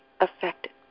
affected